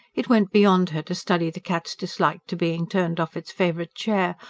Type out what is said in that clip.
it went beyond her to study the cat's dislike to being turned off its favourite chair,